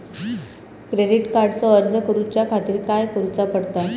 Credit कार्डचो अर्ज करुच्या खातीर काय करूचा पडता?